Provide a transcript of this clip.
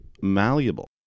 malleable